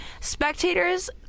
spectators